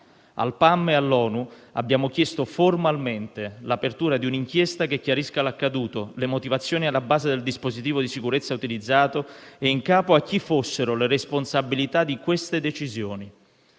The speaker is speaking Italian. Al PAM e all'ONU abbiamo chiesto formalmente l'apertura di un'inchiesta che chiarisca l'accaduto, le motivazioni alla base del dispositivo di sicurezza utilizzato e in capo a chi fossero le responsabilità di quelle decisioni.